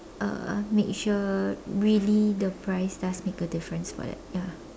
uh make sure really the price does make a difference for that ya